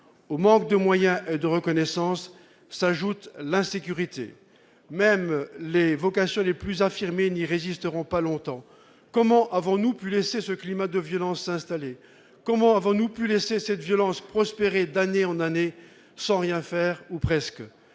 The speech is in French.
Au manque de moyens et de reconnaissance s'ajoute l'insécurité : même les vocations les plus affirmées n'y résisteront pas longtemps. Comment avons-nous pu laisser ce climat de violence s'installer ? Comment avons-nous pu laisser cette violence prospérer d'année en année sans rien faire, ou presque ?